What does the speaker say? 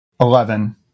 Eleven